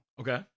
Okay